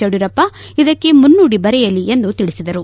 ಯಡಿಯೂರಪ್ಪ ಇದಕ್ಕೆ ಮುನ್ನುಡಿ ಬರೆಯಲಿ ಎಂದು ತಿಳಿಸಿದರು